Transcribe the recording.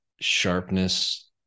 sharpness